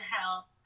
help